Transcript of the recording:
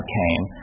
came